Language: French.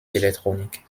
électronique